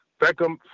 Beckham